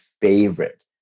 favorite